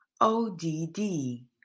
o-d-d